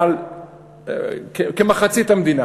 כמחצית המדינה